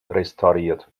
restauriert